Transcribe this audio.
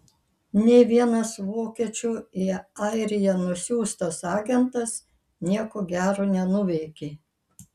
nė vienas vokiečių į airiją nusiųstas agentas nieko gero nenuveikė